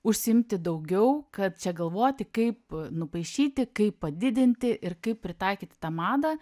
užsiimti daugiau kad čia galvoti kaip nupaišyti kaip padidinti ir kaip pritaikyt tą madą